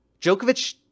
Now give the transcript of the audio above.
Djokovic